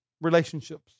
relationships